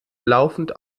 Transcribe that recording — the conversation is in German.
laufend